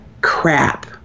crap